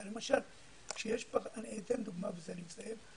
אני אתן דוגמה ובזה אני מסיים.